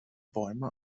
bäume